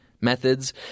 methods